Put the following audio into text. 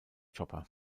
chopper